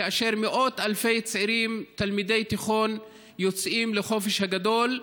כאשר מאות אלפי צעירים תלמידי תיכון יוצאים לחופש הגדול,